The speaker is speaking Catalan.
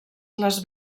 les